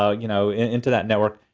ah you know into that network.